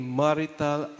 marital